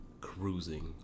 cruising